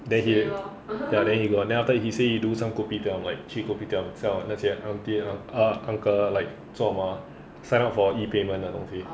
then he ya then he got then he say he do some kopitiam like 去 kopitiam 叫那些 auntie ah uh uncle like 做么 ah sign up for e-payment 的东西